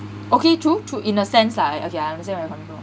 okay true true in a sense lah okay I understand where you're coming from